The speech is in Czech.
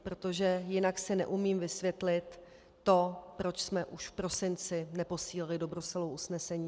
Protože jinak si neumím vysvětlit to, proč jsme už v prosinci neposílali do Bruselu usnesení.